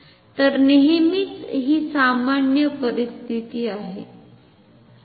तर नेहमीची हि सामान्य परिस्थिती आहे